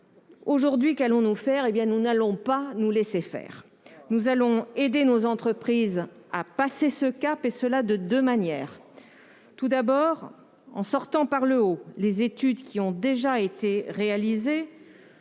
? Eh bien, nous n'allons pas nous laisser faire ! Nous allons aider nos entreprises à passer ce cap, et ce de deux manières. Tout d'abord, en sortant par le haut : les études qui ont déjà été réalisées